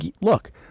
look